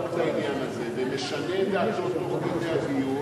את העניין הזה ומשנה את דעתו תוך כדי הדיון,